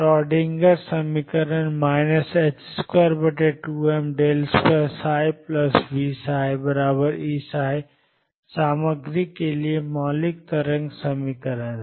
Schrodinger समीकरण 22m2ψVψEψ सामग्री के लिए मौलिक तरंग समीकरण है